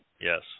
Yes